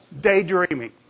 Daydreaming